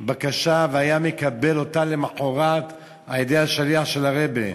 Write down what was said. בקשה והיה מקבל תשובה למחרת על-ידי שליח של הרבי.